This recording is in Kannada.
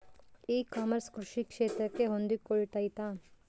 ಇ ಕಾಮರ್ಸ್ ಕೃಷಿ ಕ್ಷೇತ್ರಕ್ಕೆ ಹೊಂದಿಕೊಳ್ತೈತಾ?